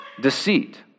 deceit